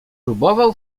próbował